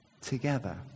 Together